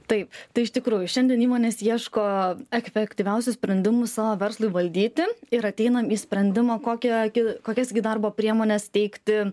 taip tai iš tikrųjų šiandien įmonės ieško efektyviausių sprendimų savo verslui valdyti ir ateinam į sprendimą kokio gi kokias gi darbo priemones teikti